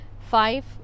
five